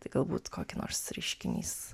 tai galbūt kokį nors reiškinys